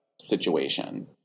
situation